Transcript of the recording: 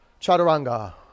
Chaturanga